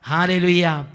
Hallelujah